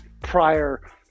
prior